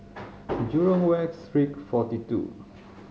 Jurong West Street Forty Two